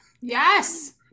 Yes